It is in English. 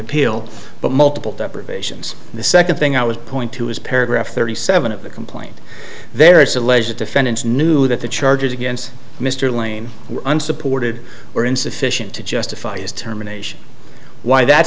appeal but multiple deprivations the second thing i would point to is paragraph thirty seven of the complaint there is a legit defendant knew that the charges against mr lane were unsupported or insufficient to justify his terminations why that